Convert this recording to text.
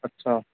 अच्छा